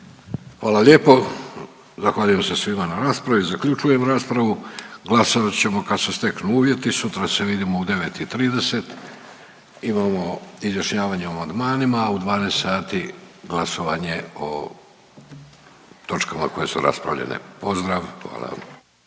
Hvala lijepo. Zahvaljujem se svima na raspravi. Zaključujem raspravu. Glasovat ćemo kad se steknu uvjeti, sutra se vidimo u 9 i 30. Imamo izjašnjavanje o amandmanima, u 12 sati glasovanje o točkama koje su raspravljene. Pozdrav, hvala.